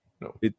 no